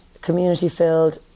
community-filled